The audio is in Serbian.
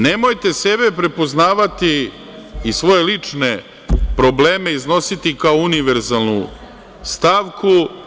Nemojte sebe prepoznavati i svoje lične probleme iznositi kao univerzalnu stavku.